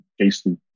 Casey